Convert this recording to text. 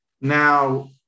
Now